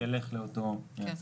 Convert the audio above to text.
ילך לאותו מייצג.